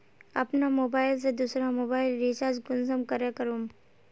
अपना मोबाईल से दुसरा मोबाईल रिचार्ज कुंसम करे करूम?